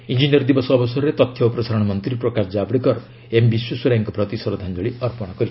engineer ଦିବସ ଅବସରରେ ତଥ୍ୟ ଓ ପ୍ରସାରଣ ମନ୍ତ୍ରୀ ପ୍ରକାଶ ଜାବଡେକର ଏମ୍ ବିଶ୍ୱେଶ୍ୱରୈୟାଙ୍କ ପ୍ରତି ଶ୍ରଦ୍ଧାଞ୍ଜଳି ଅର୍ପଣ କରିଛନ୍ତି